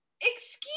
excuse